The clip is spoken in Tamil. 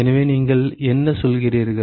எனவே நீங்கள் என்ன சொல்கிறீர்கள்